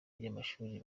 by’amashuri